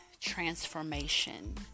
transformation